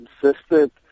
consistent